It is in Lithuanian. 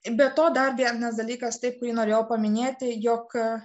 be to dar vienas dalykas taip kurį norėjau paminėti jog